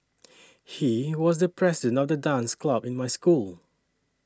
he was the president of the dance club in my school